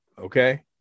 Okay